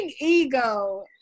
ego